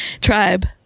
Tribe